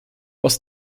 was